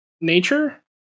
Nature